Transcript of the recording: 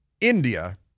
India